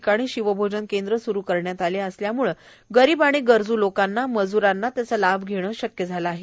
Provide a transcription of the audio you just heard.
ठिकाणी शिवभोजन केंद्र स्रु करण्यात आली आहेत त्याम्ळे गरीब आणि गरज् लोकांनाए मज्रांना याचा लाभ घेणे शक्य झालं आहे